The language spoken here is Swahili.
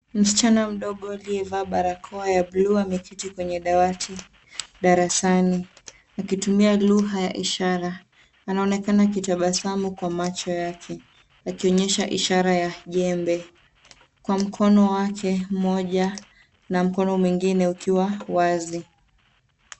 Msichana mdogo aliyevaa barakoa ya blue , ameketi kwenye dawati darasani, akitumia lugha ya ishara. Anaonekana akitabasamu kwa macho yake, akionyesha ishara ya jembe, kwa mkono wake mmoja, na mkono mwengine ukiwa wazi.